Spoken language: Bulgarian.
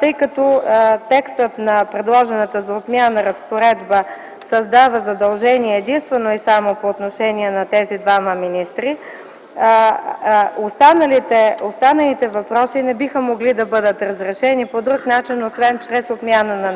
Тъй като текстът на предложената за отмяна разпоредба създава задължение единствено и само по отношение на тези двама министри, останалите въпроси не биха могли да бъдат разрешени по друг начин освен чрез отмяна